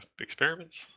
experiments